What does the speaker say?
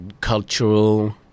cultural